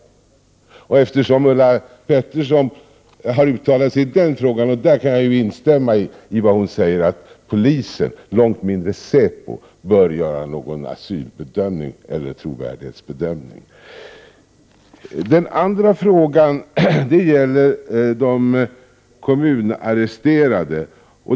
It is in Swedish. Ulla Pettersson har uttalat sig i den frågan och jag instämmer med henne, att polisen — långt mindre säpo — inte bör göra någon asylbedömning eller trovärdighetsbedömning. Den andra frågan gäller de kommunarresterade.